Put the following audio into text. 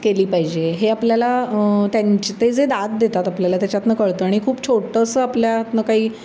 केली पाहिजे हे आपल्याला त्यांचे ते जे दाद देतात आपल्याला त्याच्यातनं कळतं आणि खूप छोटंसं आपल्यातनं काही